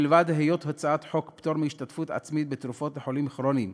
מלבד היות הצעת חוק פטור מהשתתפות עצמית בתרופות לחולים כרוניים